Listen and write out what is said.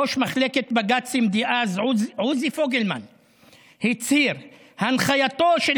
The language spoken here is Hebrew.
ראש מחלקת בג"צים דאז עוזי פוגלמן הצהיר: הנחייתו של